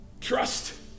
trust